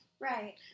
Right